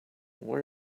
what